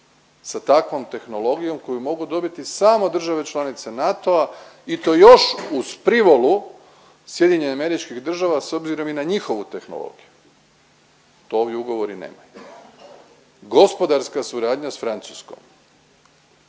Sa takvom tehnologijom koju mogu dobiti samo države članice NATO-a i to još uz privolu SAD-a s obzirom i na njihovu tehnologiju, to ovi ugovori nemaju. Gospodarska suradnja s Francuskom